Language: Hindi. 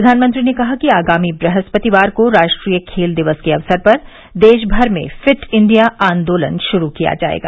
प्रधानमंत्री ने कहा कि आगामी ब्रहस्पतिवार को राष्ट्रीय खेल दिक्स के अवसर पर देश भर में फिट इंडिया आंदोलन शुरू किया जाएगा